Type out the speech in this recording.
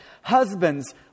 Husbands